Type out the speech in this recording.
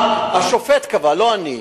השופט קבע, לא אני.